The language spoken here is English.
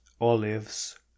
olives